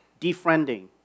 defriending